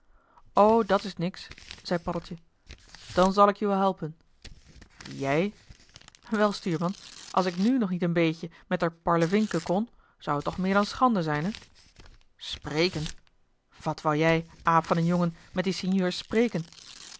dat is niks zei paddeltje dan zal ik joe wel helpen jij wel stuurman als ik nu nog niet een beetje met d'r parlevinken kon zou het toch meer dan schande zijn hé spreken wat wou jij aap van een jongen met die sinjeurs spreken